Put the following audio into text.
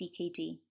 CKD